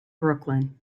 brooklyn